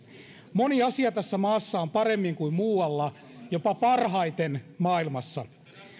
moni asia tässä maassa on paremmin kuin muualla jopa parhaiten maailmassa